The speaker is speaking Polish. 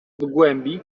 głębi